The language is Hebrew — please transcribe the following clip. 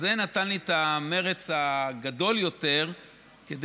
זה נתן לי את המרץ הגדול יותר להתמיד.